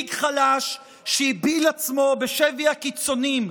מנהיג חלש שהפיל עצמו בשבי הקיצוניים,